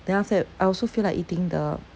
the after that I also feel like eating the